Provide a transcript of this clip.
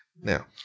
now